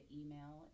email